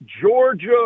Georgia